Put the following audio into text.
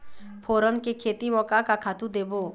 फोरन के खेती म का का खातू देबो?